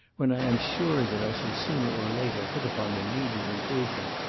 when i am sure that i shall sooner or later hit upon the needed improvement.